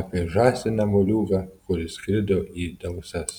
apie žąsiną moliūgą kur išskrido į dausas